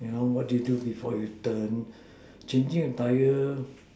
you know what do you do before you done changing a tire